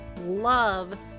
love